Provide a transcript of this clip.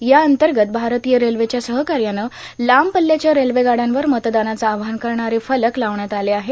यानंतगत भारतीय रेल्वेच्या सहकायानं लांब पल्ल्याच्या रेलगाड्यांवर मतदानाचं आवाहन करणारे फलक लावण्यात आले आहे